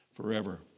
forever